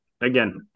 again